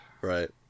Right